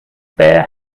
bare